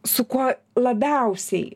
su kuo labiausiai